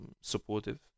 supportive